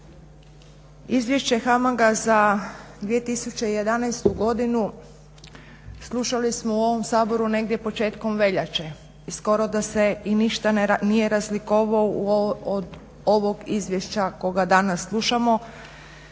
Izvješće HAMAG-a za 2011. godinu slušali smo u ovom Saboru negdje početkom veljače i skoro da se i ništa nije razlikovao od ovog izvješća koga danas slušamo